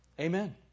Amen